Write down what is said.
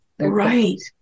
Right